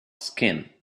skin